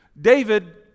David